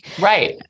Right